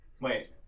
Wait